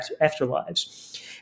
afterlives